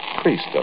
priest